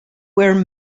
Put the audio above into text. were